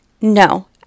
No